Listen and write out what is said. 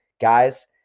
Guys